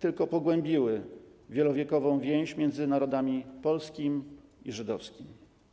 tylko pogłębiły wielowiekową więź między narodami polskim i żydowskim.